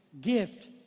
gift